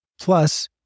Plus